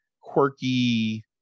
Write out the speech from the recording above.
quirky